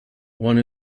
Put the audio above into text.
one